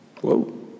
Whoa